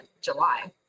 july